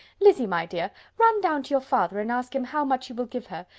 lizzy, my dear, run down to your father, and ask him how much he will give her.